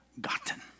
gotten